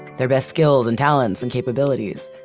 their best skills and talents and capabilities?